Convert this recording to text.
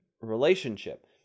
relationship